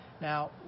Now